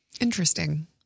Interesting